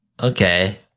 okay